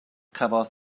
cafodd